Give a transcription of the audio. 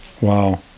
wow